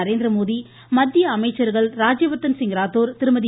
நரேந்திரமோடி மத்திய அமைச்சர்கள் சிங் ராஜ்யவர்தன் ராத்தோர் திருமதி